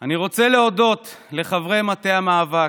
אני רוצה להודות לחברי מטה המאבק.